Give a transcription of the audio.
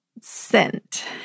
scent